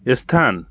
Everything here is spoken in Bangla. স্থান